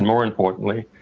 more importantly,